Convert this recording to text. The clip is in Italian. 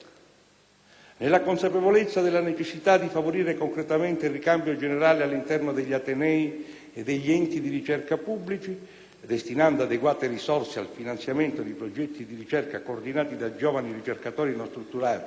nella consapevolezza della necessità di favorire concretamente il ricambio generazionale all'interno degli atenei e degli enti di ricerca pubblici destinando adeguate risorse al finanziamento di progetti di ricerca coordinati da giovani ricercatori non strutturati,